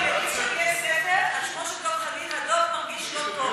יש ספר על שמו של דב חנין: הדב מרגיש לא טוב.